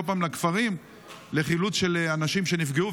פעם לכפרים לחילוץ של אנשים שנפגעו.